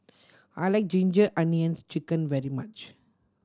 I like Ginger Onions Chicken very much